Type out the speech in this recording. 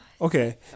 Okay